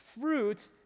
fruit